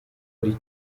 ari